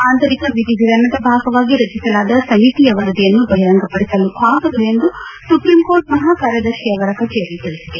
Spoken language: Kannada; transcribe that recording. ಆಂತರಿಕ ವಿಧಿವಿಧಾನದ ಭಾಗವಾಗಿ ರಚಿಸಲಾದ ಸಮಿತಿಯ ವರದಿಯನ್ನು ಬಹಿರಂಗಪಡಿಸಲು ಆಗದು ಎಂದು ಸುಪ್ರೀಂ ಕೋರ್ಟ್ ಮಹಾಕಾರ್ಯದರ್ಶಿ ಅವರ ಕಚೇರಿ ತಿಳಿಸಿದೆ